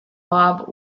bob